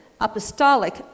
apostolic